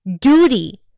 duty